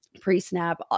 pre-snap